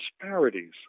disparities